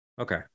okay